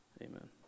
amen